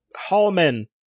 Hallman